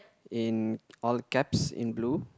in all caps in blue